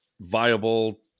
viable